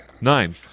nine